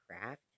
craft